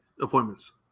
appointments